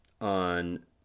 on